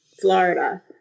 Florida